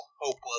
hopeless